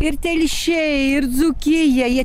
ir telšiai ir dzūkija jie